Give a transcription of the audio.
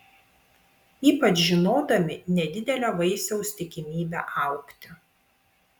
ypač žinodami nedidelę vaisiaus tikimybę augti